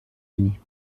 unis